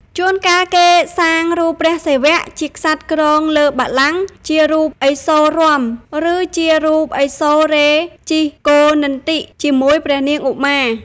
ជួនកាលគេសាងរូបព្រះសិវៈ ជាក្សត្រគ្រងលើបល្គ័ង្កជារូបឥសូររាំ ឬជារូបឥសូរេជិះគោនន្ទិជាមួយព្រះនាងឧមា។